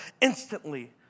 instantly